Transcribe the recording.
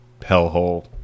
hellhole